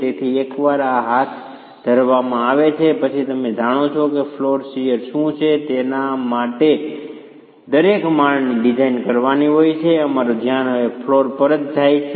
તેથી એકવાર આ હાથ ધરવામાં આવે પછી તમે જાણો છો કે ફ્લોર શીયર શું છે જેના માટે દરેક માળની ડિઝાઇન કરવાની હોય છે અમારું ધ્યાન હવે ફ્લોર પર જ જાય છે